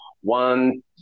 one